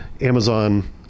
Amazon